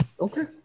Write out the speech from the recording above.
Okay